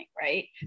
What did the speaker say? right